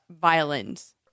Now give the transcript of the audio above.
violins